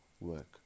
work